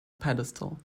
pedestal